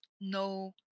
no